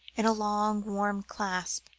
in a long warm clasp